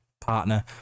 partner